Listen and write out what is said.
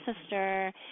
sister